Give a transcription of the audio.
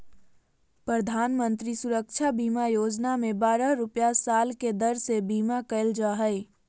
प्रधानमंत्री सुरक्षा बीमा योजना में बारह रुपया साल के दर से बीमा कईल जा हइ